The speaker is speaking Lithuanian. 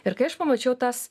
ir kai aš pamačiau tas